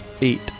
Eight